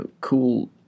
cool